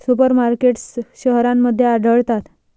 super markets शहरांमध्ये आढळतात